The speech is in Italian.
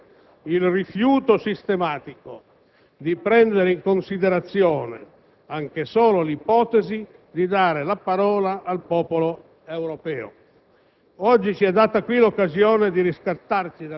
ai quali rimproverava - citazione - «il rifiuto sistematico di prendere in considerazione anche solo l'ipotesi di dare la parola al popolo europeo».